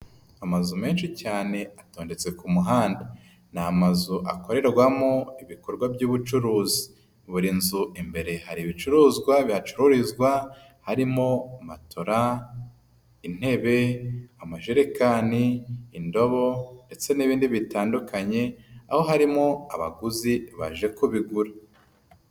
Amazu menshi cyane atondetse ku muhanda. Ni amazu akorerwamo ibikorwa by'ubucuruzi. Buri nzu imbere hari ibicuruzwa bihacururizwa harimo matora, intebe, amajerekani, indobo ndetse n'ibindi bitandukanye, aho harimo abaguzi baje kubi bigura.